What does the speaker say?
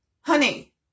Honey